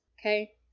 Okay